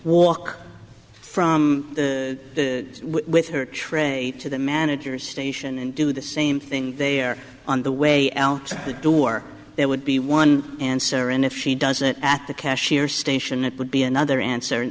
from with her tray to the manager station and do the same thing there on the way out the door there would be one answer and if she doesn't at the cashier station it would be another answer